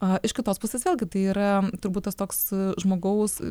iš kitos pusės vėlgi tai yra turbūt tas toks žmogaus